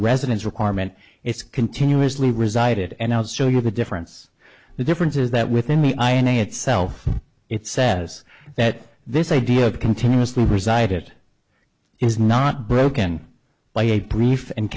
residence requirement it's continuously resided and i'll show you the difference the difference is that within me i am a itself it says that this idea of continuously resided is not broken by a brief and